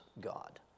God